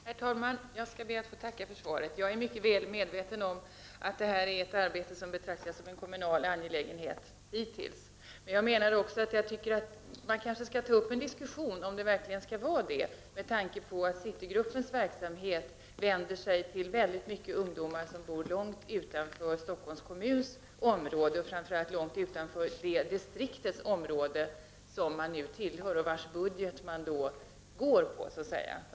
Herr talman! Jag skall be att få tacka för svaret. Jag är mycket väl medveten om att detta är ett arbete som betraktas som en kommunal angelägenhet, men man kanske skall ta upp en diskussion om det verkligen skall vara det, med tanke på att Citygruppens verksamhet vänder sig till många ungdomar som bor långt utanför Stockholms kommuns område, framför allt långt utanför det distrikt som de nu tillhör och vars budget belastas.